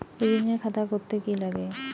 ঋণের খাতা করতে কি লাগে?